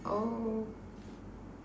oh